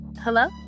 Hello